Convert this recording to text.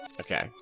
Okay